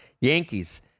Yankees